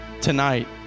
tonight